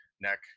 neck